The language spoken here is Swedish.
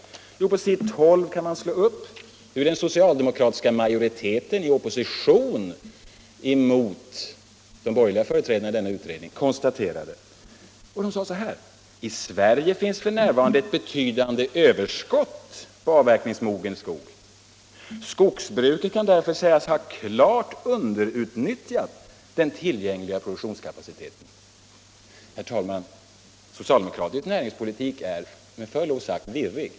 På s. 12 kan man läsa hur den socialdemokratiska majoriteten i opposition mot de borgerliga företrädarna i denna utredning konstaterade: ”I Sverige finns för närvarande ett betydande överskott på avverkningsmogen skog —-- Skogsbruket kan därför sägas ha klart underutnyttjat den tillgängliga produktionskapaciteten.” Herr talman! Socialdemokratisk näringspolitik är med förlov sagt virrig.